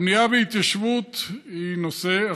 הבנייה בהתיישבות היא נושא,